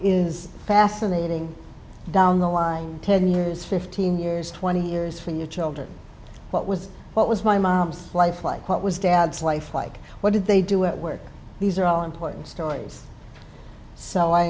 is fascinating down the line ten years fifteen years twenty years from your children what was what was my mom's life like what was dad's life like what did they do at work these are all important stories so i